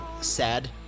sad